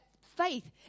faith